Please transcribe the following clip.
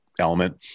element